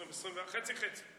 2021, חצי חצי.